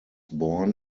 born